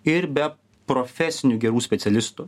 ir be profesinių gerų specialistų